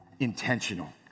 Intentional